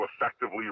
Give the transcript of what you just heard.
effectively